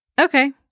Okay